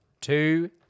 Two